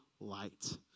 light